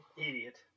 Idiot